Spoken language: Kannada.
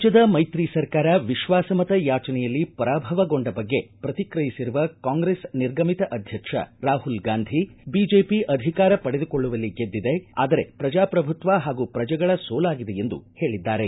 ರಾಜ್ಯದ ಮೈತ್ರಿ ಸರ್ಕಾರ ವಿಶ್ವಾಸ ಮತ ಯಾಚನೆಯಲ್ಲಿ ಪರಾಭವಗೊಂಡ ಬಗ್ಗೆ ಪ್ರತಿಕ್ರಯಿಸಿರುವ ಕಾಂಗ್ರೆಸ್ ನಿರ್ಗಮಿತ ಅಧ್ಯಕ್ಷ ರಾಹುಲ್ ಗಾಂಧಿ ಬಿಜೆಪಿ ಅಧಿಕಾರ ಪಡೆದುಕೊಳ್ಳುವಲ್ಲಿ ಗೆದ್ದಿದೆ ಆದರೆ ಪ್ರಜಾಪ್ರಭುತ್ವ ಹಾಗೂ ಪ್ರಜೆಗಳ ಸೋಲಾಗಿದೆ ಎಂದು ಹೇಳಿದ್ದಾರೆ